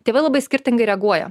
tėvai labai skirtingai reaguoja